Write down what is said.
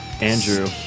Andrew